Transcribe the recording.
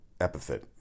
epithet